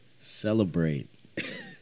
Celebrate